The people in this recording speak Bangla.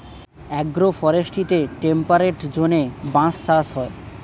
অ্যাগ্রো ফরেস্ট্রিতে টেম্পারেট জোনে বাঁশ চাষ হয়